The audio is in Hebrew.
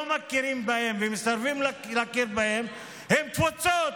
מכירים בהם ומסרבים להכיר בהם הם תפוצות.